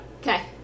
Okay